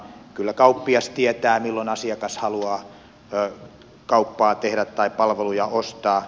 kyllä kauppias tietää milloin asiakas haluaa kauppaa tehdä tai palveluja ostaa